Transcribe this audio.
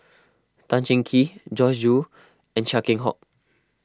Tan Cheng Kee Joyce Jue and Chia Keng Hock